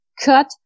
cut